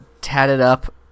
tatted-up